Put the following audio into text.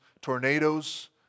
tornadoes